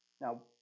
Now